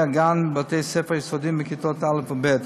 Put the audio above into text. הגן ובתי-הספר היסודיים בכיתות א' וב'.